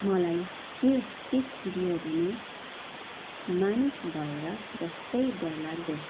मलाई के सिख दियो भने मानिस भएर जस्तै डरलाग्दो